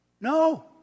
No